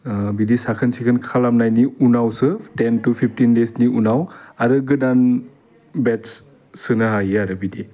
बिदि साखोन सिखोन खालामनायनि उनावसो टेन टु फिफटिन देसनि उनाव आरो गोदान बेटस सोनो हायो आरो बिदि